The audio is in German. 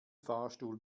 fahrstuhl